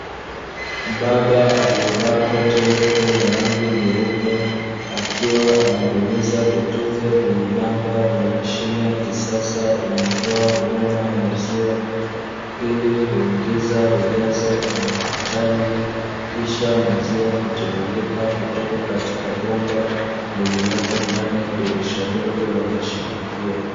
Mbaba aliyevaa koti refu la rangi nyeupe akiwa anabonyeza vitufe vyenye namba vya mashine ya kisasa inayotoa huduma ya maziwa, ili kuingiza ujazo unaohitaji kisha maziwa hutoka katika bomba lililopo ndani ya dirisha dogo la mashine hiyo.